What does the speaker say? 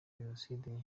jenoside